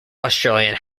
australian